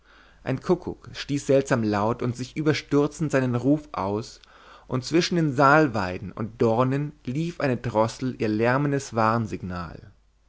ein kuckuck stieß seltsam laut und sich überstürzend seinen ruf aus und zwischen den salweiden und dornen rief eine drossel ihr lärmendes warnsignal